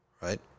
Right